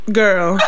girl